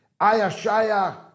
ayashaya